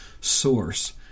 Source